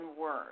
word